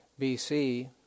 BC